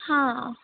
हां